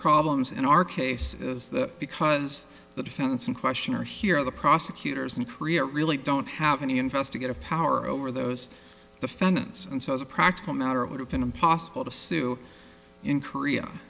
problems in our case is that because the defendants in question are here the prosecutors in korea really don't have any investigative power over those defendants and so as a practical matter it would have been impossible to sue in korea